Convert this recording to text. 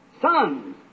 Sons